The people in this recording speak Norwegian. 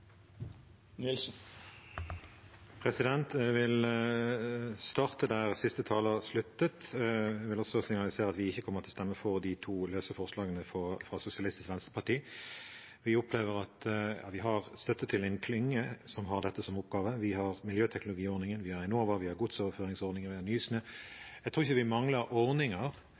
jeg vil også signalisere at vi ikke kommer til å stemme for de to løse forslagene fra Sosialistisk Venstreparti. Vi opplever at vi har støtte til en klynge som har dette som oppgave, vi har miljøteknologiordningen, vi har Enova, vi har godsoverføringsordningen, vi har Nysnø. Jeg tror ikke vi mangler ordninger,